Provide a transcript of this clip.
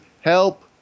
help